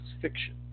fiction